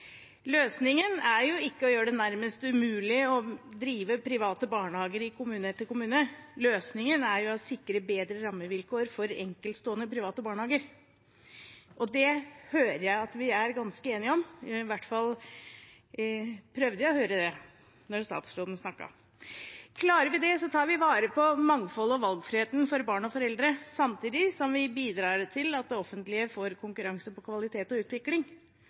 Løsningen er ikke å gjøre det nærmest umulig å drive private barnehager i kommune etter kommune. Løsningen er å sikre bedre rammevilkår for enkeltstående private barnehager. Det hører jeg at vi er ganske enige om, i hvert fall prøvde jeg å høre det da statsråden snakket. Klarer vi det, tar vi vare på mangfoldet og valgfriheten for barn og foreldre, samtidig som vi bidrar til at det offentlige får konkurranse på kvalitet og utvikling,